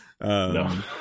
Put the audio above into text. No